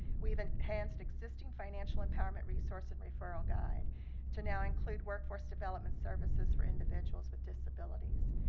we have enhanced existing financial empowerment resource and referral guide to now include workforce development services for individuals with disabilities.